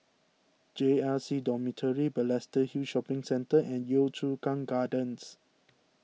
J R C Dormitory Balestier Hill Shopping Centre and Yio Chu Kang Gardens